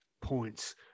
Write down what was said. points